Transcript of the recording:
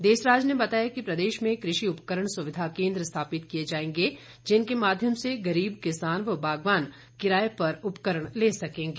देसराज ने बताया कि प्रदेश में कृषि उपकरण सुविधा केन्द्र स्थापित किए जाएंगे जिनके माध्यम से गरीब किसान व बागवान किराए पर उपकरण ले सकेंगे